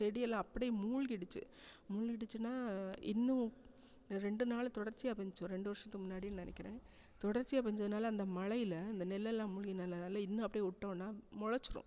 செடியெல்லாம் அப்படி மூழ்கிடுச்சி மூழ்கிடுச்சின்னா இன்னும் ரெண்டு நாள் தொடர்ச்சியாக பெஞ்சிச்சு ஒரு ரெண்டு வருஷத்துக்கு முன்னாடி நினைக்கிறேன் தொடர்ச்சியாக பேஞ்சதுனால் அந்த மழையில அந்த நெல்லெல்லாம் மூழ்கி நல்ல வேளை இன்னும் அப்படியே விட்டோன்னா முளச்சிரும்